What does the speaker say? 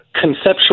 conceptual